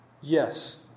Yes